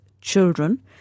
children